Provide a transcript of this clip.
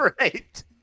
Right